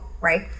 right